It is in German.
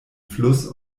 fluss